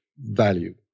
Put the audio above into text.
value